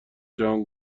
جهان